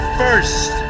first